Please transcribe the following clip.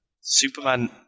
Superman